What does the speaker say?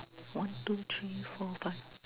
one two three four five